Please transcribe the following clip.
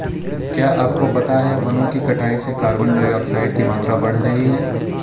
क्या आपको पता है वनो की कटाई से कार्बन डाइऑक्साइड की मात्रा बढ़ रही हैं?